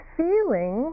feeling